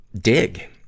dig